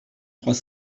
trois